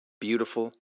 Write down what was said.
Beautiful